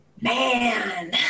Man